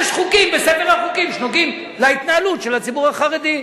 יש חוקים בספר החוקים שנוגעים להתנהלות של הציבור החרדי.